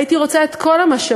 הייתי רוצה את כל המשאבים,